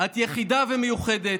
את יחידה ומיוחדת,